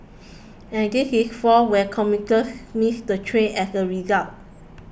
and this is for when commuters miss the train as a result